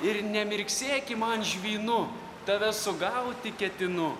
ir nemirksėki man žvynu tave sugauti ketinu